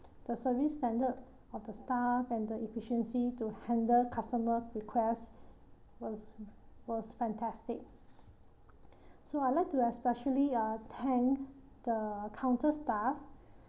the service standard of the staff and the efficiency to handle customer request was was fantastic so I'd like to especially uh thank the counter staff